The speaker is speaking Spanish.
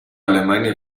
alemania